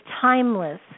timeless